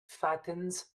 fattens